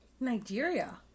Nigeria